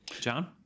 John